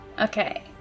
okay